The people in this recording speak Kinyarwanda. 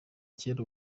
cyera